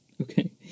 Okay